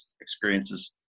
experiences